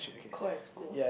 co-ed school